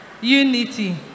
unity